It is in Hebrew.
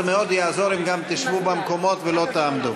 זה מאוד יעזור אם גם תשבו במקומות ולא תעמדו.